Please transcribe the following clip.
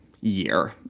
year